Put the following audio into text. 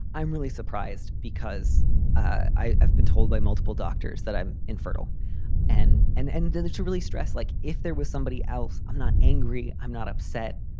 i'm really surprised because i have been told by multiple doctors that i'm infertile and an end to really stress, like if there was somebody else. i'm not angry. i'm not upset.